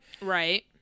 Right